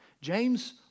James